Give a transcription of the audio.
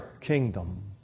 kingdom